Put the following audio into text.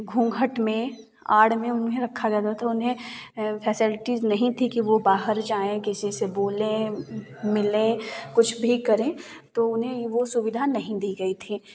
घूँघट में आड़ में उन्हें रखा जाता था उन्हें फैसिलिटीज़ नहीं थी कि वह बाहर जाएँ किसी से बोलें मिलें कुछ भी करें तो उन्हें वह सुविधा नहीं दी गई थी